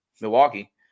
Milwaukee